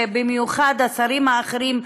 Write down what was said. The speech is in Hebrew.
ובמיוחד השרים האחרים,